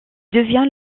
devient